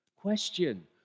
Question